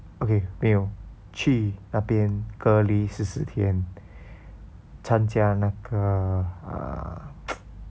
okay 没有去那边隔离十四天参加那个 err